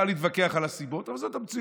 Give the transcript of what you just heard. אפשר להתווכח על הסיבות, אבל זאת המציאות.